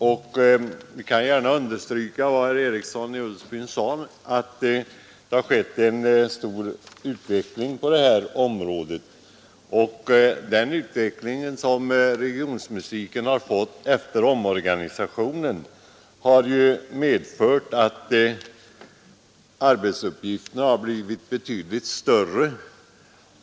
Jag vill emellertid gärna understryka vad herr Eriksson i Ulfsbyn sade, att det har skett en kraftig utveckling på regionmusikens område, som efter omorganisationen har fått sina arbetsuppgifter betydligt utvidgade.